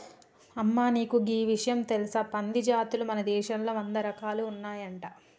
అమ్మ నీకు గీ ఇషయం తెలుసా పంది జాతులు మన దేశంలో వంద రకాలు ఉన్నాయంట